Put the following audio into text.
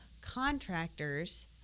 Contractors